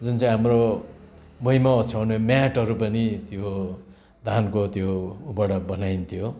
जुन चाहिँ हाम्रो भुईँमा ओछ्याउने म्याटहरू पनि त्यो धानको त्यो उबाट बनाइन्थ्यो